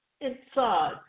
inside